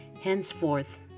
Henceforth